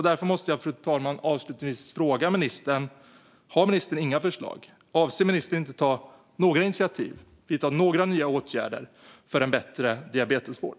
Därför frågar jag ministern: Har ministern inga förslag? Avser ministern inte att ta några nya initiativ eller vidta några nya åtgärder för en bättre diabetesvård?